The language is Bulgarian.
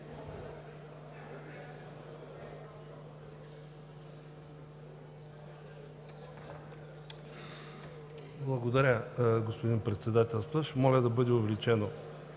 Благодаря, господин Председателстващ. Моля да бъде удължено